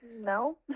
No